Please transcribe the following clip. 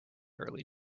early